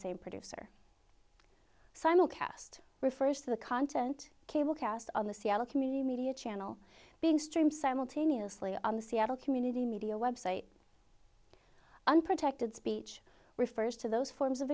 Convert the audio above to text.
same producer simulcast refers to the content cable cast on the seattle community media channel being streamed simultaneously on the seattle community media website unprotected speech refers to those forms of